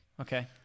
okay